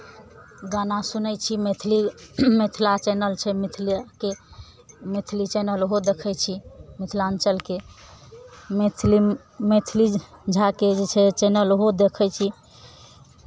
गाना सुनै छी मैथिली मिथिला चैनल छै मिथिलाके मैथिली चैनल ओहो देखै छी मिथिलाञ्चलके मैथिली मैथिली झाके जे छै चैनल ओहो देखै छी